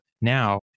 now